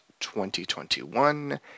2021